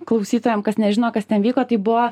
klausytojam kas nežino kas ten vyko tai buvo